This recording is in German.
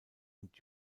und